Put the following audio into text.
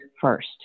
first